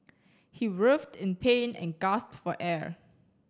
he writhed in pain and gasped for air